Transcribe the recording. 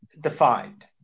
defined